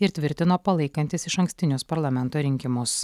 ir tvirtino palaikantis išankstinius parlamento rinkimus